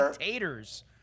taters